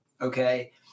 Okay